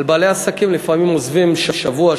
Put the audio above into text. ובעלי עסקים לפעמים עוזבים לשבוע,